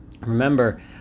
Remember